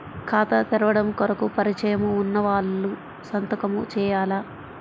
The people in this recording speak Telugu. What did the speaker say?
ఖాతా తెరవడం కొరకు పరిచయము వున్నవాళ్లు సంతకము చేయాలా?